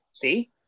See